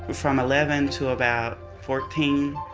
from eleven to about fourteen,